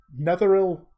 Netheril